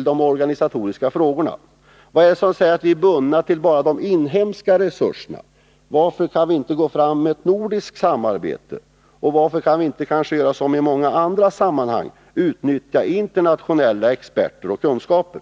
de organisatoriska frågorna. Vad är det som säger att vi är bundna till bara de inhemska resurserna? Varför kan vi inte gå fram med ett nordiskt samarbete, och varför kan vi inte göra som i många andra sammanhang — utnyttja internationella experter och kunskaper?